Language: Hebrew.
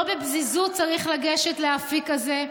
לא בפזיזות צריך לגשת לאפיק הזה,